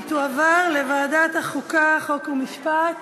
והיא תועבר לוועדת החוקה, חוק ומשפט